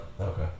Okay